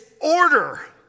order